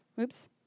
Oops